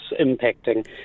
impacting